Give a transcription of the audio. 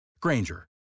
Granger